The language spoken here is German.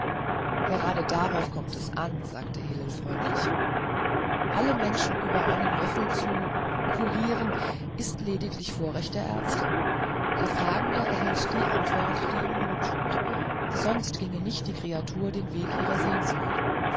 gerade darauf kommt es an sagte hillel freundlich alle menschen über einen löffel zu kurieren ist lediglich vorrecht der ärzte der fragende erhält die antwort die ihm not tut sonst ginge nicht die kreatur den weg ihrer sehnsucht